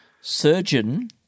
surgeon